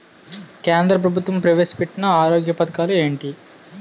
కేంద్ర ప్రభుత్వం ప్రవేశ పెట్టిన ఆరోగ్య పథకాలు ఎంటి?